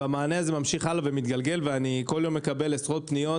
המענה הזה ממשיך הלאה ומתגלגל ואני כל יום מקבל עשרות פניות